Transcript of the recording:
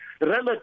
relative